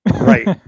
Right